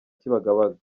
kibagabaga